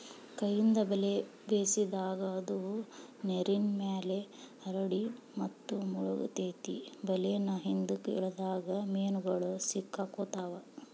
ಕೈಯಿಂದ ಬಲೆ ಬೇಸಿದಾಗ, ಅದು ನೇರಿನ್ಮ್ಯಾಲೆ ಹರಡಿ ಮತ್ತು ಮುಳಗತೆತಿ ಬಲೇನ ಹಿಂದ್ಕ ಎಳದಾಗ ಮೇನುಗಳು ಸಿಕ್ಕಾಕೊತಾವ